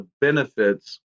benefits